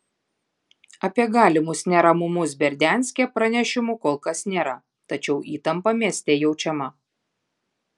apie galimus neramumus berdianske pranešimų kol kas nėra tačiau įtampa mieste jaučiama